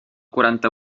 quaranta